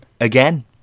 Again